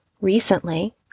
Recently